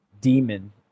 demon